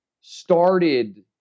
started